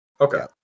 Okay